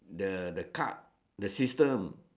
the the card the system